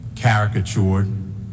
caricatured